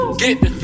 get